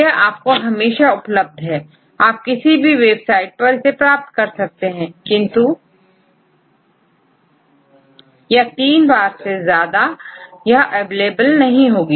यह आपको हमेशा उपलब्ध है और आप किसी भी वेबसाइट पर प्राप्त कर सकते हैं किंतु या तीन बार से ज्यादा अवेलेबल नहीं होगी